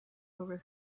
over